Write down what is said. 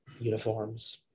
Uniforms